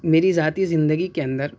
میری ذاتی زندگی کے اندر